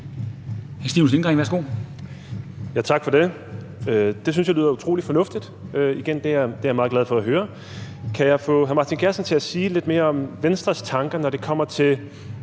Stinus Lindgreen (RV): Tak for det. Det synes jeg lyder utrolig fornuftigt. Igen, det er jeg meget glad for at høre. Kan jeg få hr. Martin Geertsen til at sige lidt mere om Venstres tanker, når det kommer til,